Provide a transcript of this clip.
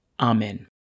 Amen